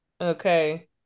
okay